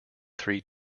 three